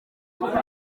kuba